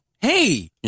Hey